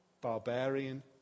barbarian